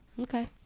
Okay